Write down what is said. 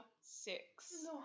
six